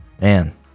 Man